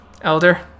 Elder